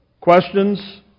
questions